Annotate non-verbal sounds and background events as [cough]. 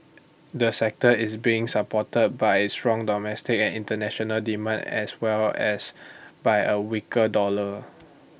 the sector is being supported by strong domestic and International demand as well as by A weaker dollar [noise]